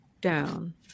down